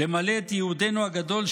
למלא את ייעודנו הגדול,